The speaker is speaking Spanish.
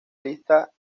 lista